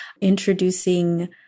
introducing